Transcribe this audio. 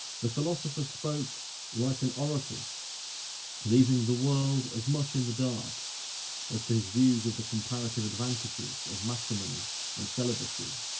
the philosopher spoke like an oracle leaving the world as much in the dark as to his views of the comparative advantages of matrimony and celibacy,